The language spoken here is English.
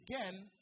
again